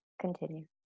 Continue